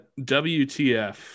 WTF